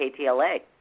ktla